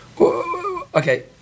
Okay